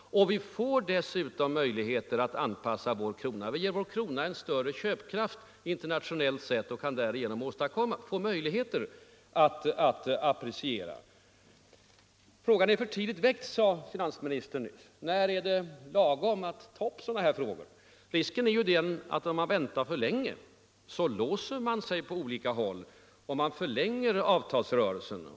Vi får dessutom möjligheter att ge vår krona större köpkraft internationellt sett och kan därigenom också göra det möjligt att appreciera. Frågan är för tidigt väckt, sade finansministern nyss. När är det lagom att ta upp sådana här frågor? Risken är ju den att om man väntar för länge låser man sig på olika håll och förlänger avtalsrörelsen.